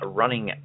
running